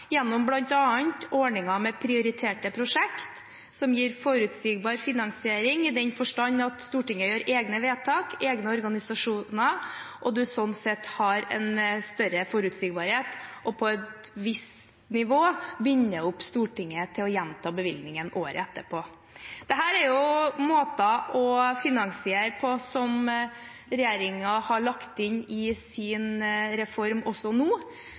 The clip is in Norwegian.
gjennom bl.a. ordninger med prioriterte prosjekter som gir forutsigbar finansiering, i den forstand at Stortinget gjør egne vedtak, det er egne organisasjoner, og man har sånn sett en større forutsigbarhet og binder på et visst nivå Stortinget opp til å gjenta bevilgningen året etterpå. Dette er jo måter å finansiere på som regjeringen har lagt inn i sin reform også nå,